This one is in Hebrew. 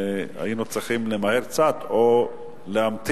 שהיינו צריכים למהר קצת או להמתין